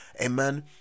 amen